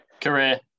career